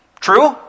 True